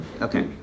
Okay